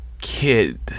kid